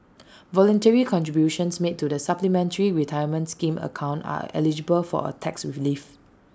voluntary contributions made to the supplementary retirement scheme account are eligible for A tax relief